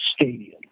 stadium